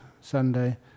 Sunday